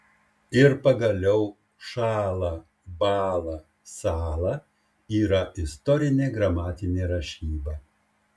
ir pagaliau šąla bąla sąla yra istorinė gramatinė rašyba